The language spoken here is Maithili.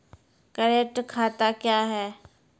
करेंट खाता क्या हैं?